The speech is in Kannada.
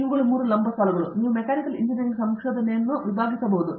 ಆದ್ದರಿಂದ ಇವುಗಳು 3 ಲಂಬಸಾಲುಗಳು ನೀವು ಮೆಕ್ಯಾನಿಕಲ್ ಇಂಜಿನಿಯರಿಂಗ್ ಸಂಶೋಧನೆಯನ್ನು ವಿಭಾಗಿಸಬಹುದು